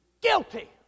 guilty